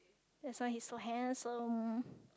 that's why he so handsome